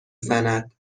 زند